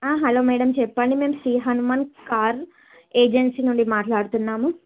hello madam చెప్పండి మేము Shri Hanuman car agency నుంచి మాట్లాడుతున్నాము